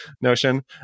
notion